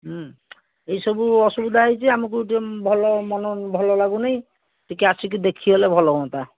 ଏଇ ସବୁ ଅସୁବିଧା ହେଇଛି ଆମକୁ ଭଲ ମନ ଭଲ ଲାଗୁନି ଟିକିଏ ଆସିକି ଦେଖିଗଲେ ଭଲହୁଅନ୍ତା